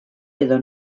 edo